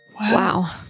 Wow